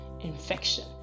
Infection